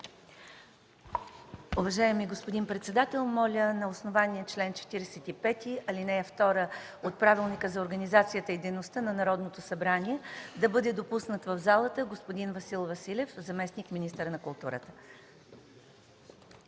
Уважаеми господин председател, моля на основание чл. 45, ал. 2 от Правилника за организацията и дейността на Народното събрание да бъде допуснат в залата господин Васил Василев – заместник министър на културата.